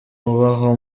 ubaho